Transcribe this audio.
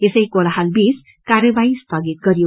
यसै कोलाहलबीच कार्यवाही स्थगित गरियो